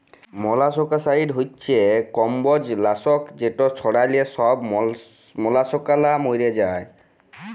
molluscicide হছে কমবজ লাসক যেট ছড়াল্যে ছব মলাসকালা ম্যইরে যায়